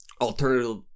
alternative